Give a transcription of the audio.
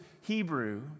Hebrew